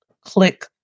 click